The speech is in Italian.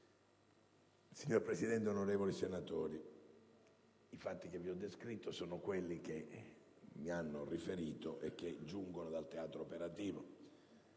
Signora Presidente, onorevoli senatori, i fatti che vi ho descritto sono quelli che mi hanno riferito e che giungono dal teatro operativo.